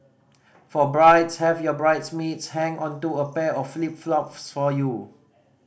for brides have your bridesmaids hang onto a pair of flip flops for you